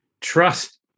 trust